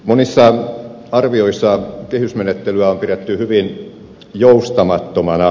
monissa arvioissa kehysmenettelyä on pidetty hyvin joustamattomana